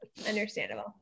Understandable